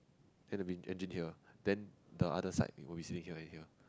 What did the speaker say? and the main engine here then the other side it will be sitting here and here